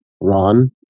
Ron